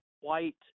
white